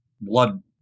blood